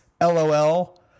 Lol